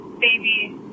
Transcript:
baby